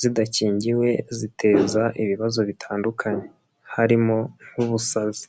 zidakingiwe, ziteza ibibazo bitandukanye, harimo nk'ubusazi.